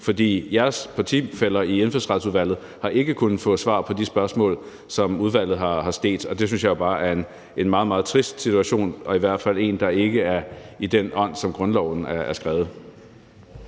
for jeres partifæller i Indfødsretsudvalget har ikke kunnet få svar på de spørgsmål, som udvalget har stillet. Det synes jeg bare er en meget trist situation – og i hvert fald en situation, der ikke er i den ånd, som grundloven er skrevet